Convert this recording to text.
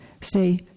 say